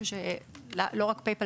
לא רק ל-Pay Pal,